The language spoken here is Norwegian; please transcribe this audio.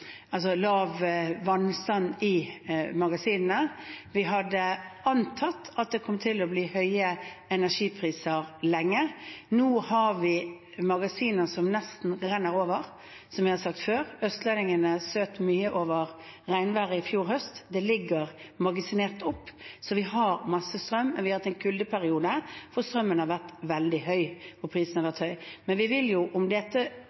vannstand i magasinene. Vi hadde antatt at det kom til å bli høye energipriser lenge. Nå har vi magasiner som nesten renner over. Som jeg har sagt før: Østlendingene sytte mye over regnværet i fjor høst. Det ligger magasinert opp, så vi har masse strøm, men vi har hatt en kuldeperiode hvor strømprisene har vært veldig